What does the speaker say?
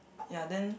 ya then